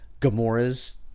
Gamora's